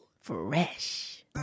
Fresh